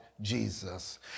Jesus